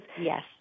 yes